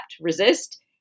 resist